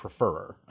preferer